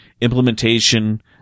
implementation